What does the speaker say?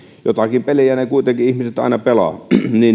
jotakin pelejä ne ihmiset kuitenkin aina pelaavat niin